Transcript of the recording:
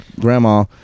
grandma